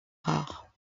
rares